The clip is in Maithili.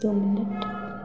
दू मिनट